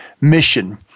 Mission